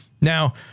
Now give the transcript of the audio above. Now